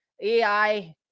AI